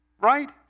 right